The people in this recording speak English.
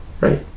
Right